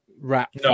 rap